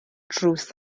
drws